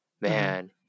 man